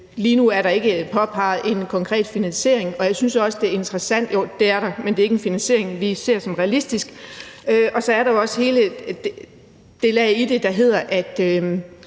lige nu ikke er påpeget en konkret finansiering – eller jo, det er der, men det er ikke en finansiering, vi ser som realistisk. Så er der jo også hele det lag i det, som er,